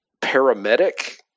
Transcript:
paramedic